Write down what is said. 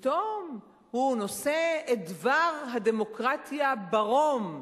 פתאום הוא נושא את דבר הדמוקרטיה ברום.